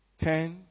Ten